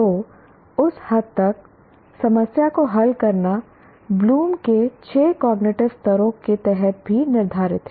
तो उस हद तक समस्या को हल करना ब्लूम के छह कॉग्निटिव स्तरों के तहत भी निर्धारित है